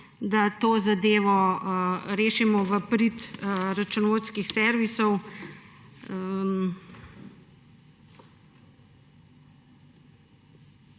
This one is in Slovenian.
da to zadevo rešimo v prid računovodskih servisov.